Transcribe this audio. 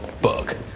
book